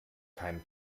keinem